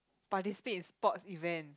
participate in sports event